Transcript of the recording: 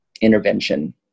intervention